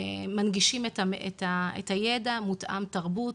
מנגישים את הידע מותאם תרבות,